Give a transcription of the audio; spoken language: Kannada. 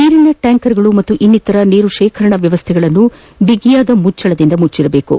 ನೀರಿನ ಟ್ಯಾಂಕ್ ಮತ್ತು ಇನ್ನಿತರೆ ನೀರು ಶೇಖರಣಾ ವ್ಯವಸ್ಠೆಗಳನ್ನು ಬೀಗಿಯಾದ ಮುಚ್ಚಳದಿಂದ ಮುಚ್ಚಿರಬೇಕು